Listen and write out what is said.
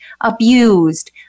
abused